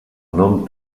nom